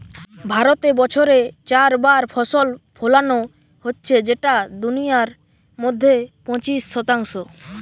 ভারতে বছরে চার বার ফসল ফোলানো হচ্ছে যেটা দুনিয়ার মধ্যে পঁচিশ শতাংশ